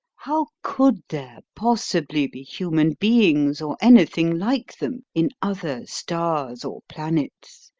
how could there possibly be human beings, or anything like them, in other stars or planets?